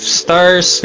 stars